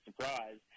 surprise